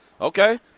Okay